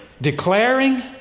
declaring